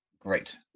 Great